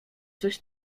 coś